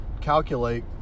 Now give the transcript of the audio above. calculate